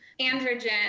androgen